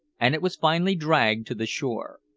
and it was finally dragged to the shore.